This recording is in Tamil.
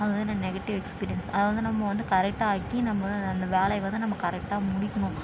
அது வந்து என்னோட நெகடிவ் எக்ஸ்பீரியன்ஸ் அது வந்து நம்ம வந்து கரெக்டாக ஆக்கி நம்ம வந்து அந்த வேலையை வந்து நம்ம கரெக்டாக முடிக்கணும்